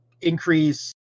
increase